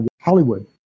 Hollywood